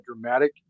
dramatic